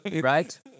Right